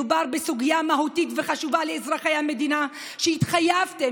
מדובר בסוגיה מהותית וחשובה לאזרחי המדינה שהתחייבתם,